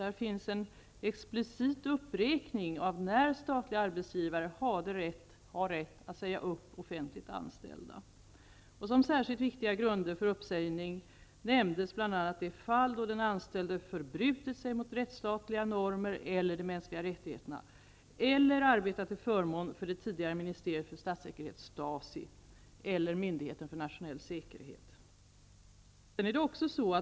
Där finns en explicit uppräkning av när statliga arbetsgivare har rätt att säga upp offentligt anställda. Som särskilt viktiga grunder för uppsägning nämns bl.a. fall där den anställde förbrutit sig mot rättsstatliga normer eller de mänskliga rättigheterna eller arbetat till förmån för det tidigare ministeriet för statssäkerhet, Stasi, eller myndigheten för nationell säkerhet.